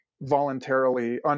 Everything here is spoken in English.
voluntarily